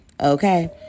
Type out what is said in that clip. Okay